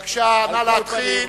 בבקשה, נא להתחיל.